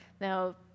Now